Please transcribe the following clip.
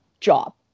job